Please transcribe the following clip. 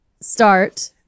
start